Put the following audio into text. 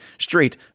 straight